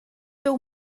był